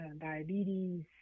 diabetes